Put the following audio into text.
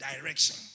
direction